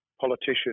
politician